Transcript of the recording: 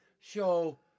show